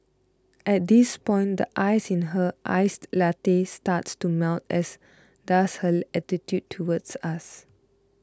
at this point the ice in her iced latte starts to melt as does her attitude towards us